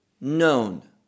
known